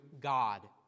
God